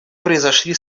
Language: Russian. произошли